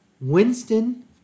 Winston